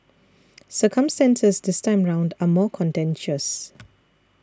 circumstances this time around are more contentious